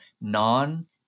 non